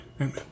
amen